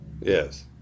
Yes